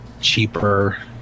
cheaper